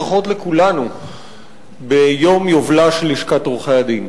ברכות לכולנו ביום יובלה של לשכת עורכי-הדין.